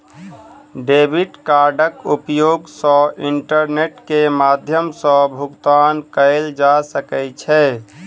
debit कार्डक उपयोग सॅ इंटरनेट के माध्यम सॅ भुगतान कयल जा सकै छै